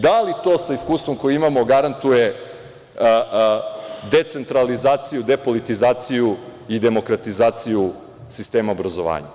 Da li to sa iskustvom koje imamo garantuje decentralizaciju, depolitizaciju i demokratizaciju sistema obrazovanja?